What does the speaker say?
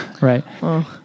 right